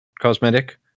cosmetic